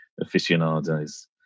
aficionados